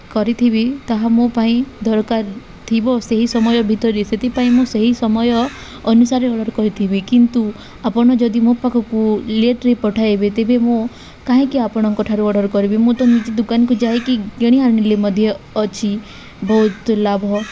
କରିଥିବି ତାହା ମୋ ପାଇଁ ଦରକାର ଥିବ ସେହି ସମୟ ଭିତରେ ସେଥିପାଇଁ ମୁଁ ସେହି ସମୟ ଅନୁସାରେ ଅର୍ଡ଼ର୍ କରିଥିବି କିନ୍ତୁ ଆପଣ ଯଦି ମୋ ପାଖକୁ ଲେଟ୍ରେ ପଠାଇବେ ତେବେ ମୁଁ କାହିଁକି ଆପଣଙ୍କଠାରୁ ଅର୍ଡ଼ର୍ କରିବି ମୁଁ ତ ନିଜ ଦୋକାନକୁ ଯାଇକି କିଣି ଆଣିଲେ ମଧ୍ୟ ଅଛି ବହୁତ ଲାଭ